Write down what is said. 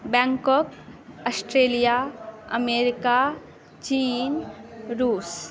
Bangkok Australia America China Russia